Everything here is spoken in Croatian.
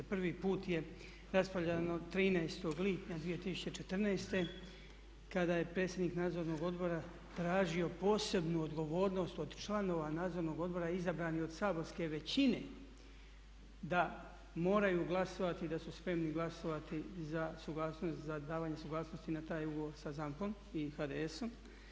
Prvi put je raspravljano 13. lipnja 2014. kada je predsjednik Nadzornog odbora tražio posebnu odgovornost od članova Nadzornog odbora izabranih od saborske većine da moraju glasovati, da su spremni glasovati za suglasnost, za davanje suglasnosti na taj ugovor sa ZAMP-om i HDS-om.